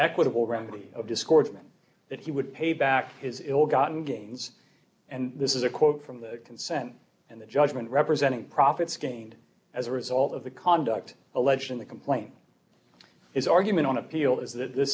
equitable remedy of discords meant that he would pay back his ill gotten gains and this is a quote from the consent and the judgment representing profits gained as a result of the conduct alleged in the complaint his argument on appeal is that th